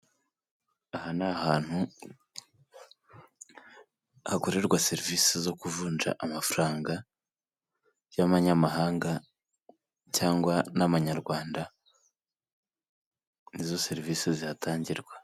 Aha ni ahantu hakorerwa serivisi zo kuvunja amafaranga y'amanyamahanga cyangwa n'amanyarwanda nizo serivisi zihatangirwa.